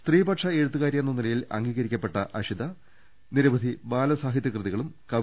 സ്ത്രീപക്ഷ എഴുത്തുകാരിയെന്ന നിലയിൽ അംഗീക രിക്കപ്പെട്ട അഷിത നിരവധി ബാലസാഹിത്യകൃതികളും കവി